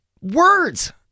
words